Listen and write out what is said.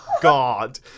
God